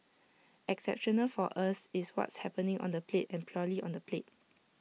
exceptional for us is what's happening on the plate and purely on the plate